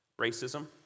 racism